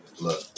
Look